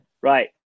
right